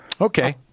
Okay